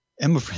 Emma